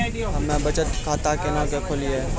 हम्मे बचत खाता केना के खोलियै?